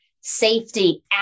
safety